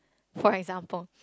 for example